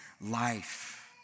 life